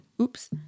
Oops